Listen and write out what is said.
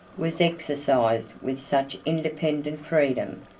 was exercised with such independent freedom,